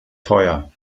teuer